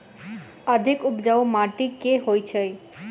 अधिक उपजाउ माटि केँ होइ छै?